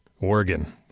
Oregon